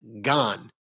gone